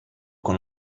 con